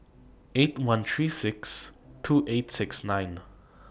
eight one three six two eight six nine